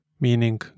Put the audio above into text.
meaning